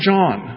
John